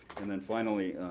and then, finally,